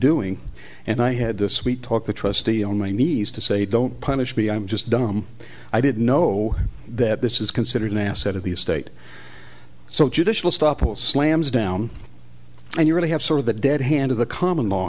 doing and i had to sweet talk the trustee on my knees to say don't punish me i'm just dumb i did know that this is considered an asset of the state so the judicial stop all slams down and you really have sort of the dead hand of the common law